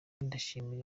ndashimira